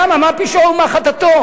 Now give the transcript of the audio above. מה פשעו ומה חטאתו?